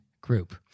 group